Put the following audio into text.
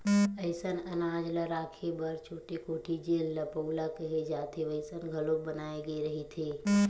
असइन अनाज ल राखे बर छोटे कोठी जेन ल पउला केहे जाथे वइसन घलोक बनाए गे रहिथे